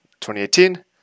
2018